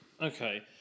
Okay